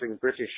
British